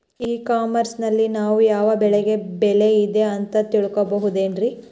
E commerce ನಲ್ಲಿ ನಾವು ಯಾವ ಬೆಳೆಗೆ ಬೆಲೆ ಇದೆ ಅಂತ ತಿಳ್ಕೋ ಬಹುದೇನ್ರಿ?